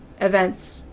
events